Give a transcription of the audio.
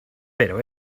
pero